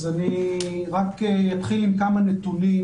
אני אתחיל עם כמה נתונים.